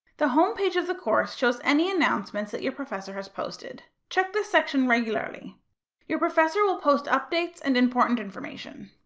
the homepage of the course shows any announcements that your professor has posted. check this section regularly your professor will post updates and important information.